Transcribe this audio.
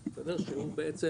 שהוא בעצם,